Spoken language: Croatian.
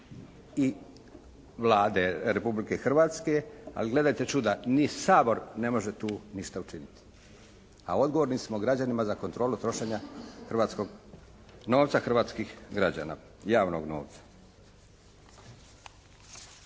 i Vlade Republike Hrvatske. Ali gledajte čuda, ni Sabor ne može tu ništa učiniti, a odgovorni smo građanima za kontrolu trošenja hrvatskog novca hrvatskih građana, javnog novca.